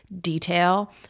detail